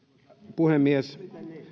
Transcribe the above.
puhemies